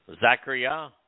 Zachariah